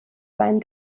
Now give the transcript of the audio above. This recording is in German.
seinen